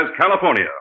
California